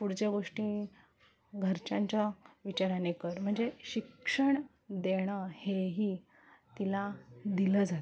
फुडच्या गोष्टी घरच्यांच्या विचाराने कर म्हणजे शिक्षण देणं हे तिला दिलं जातं